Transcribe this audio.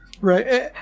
Right